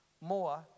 more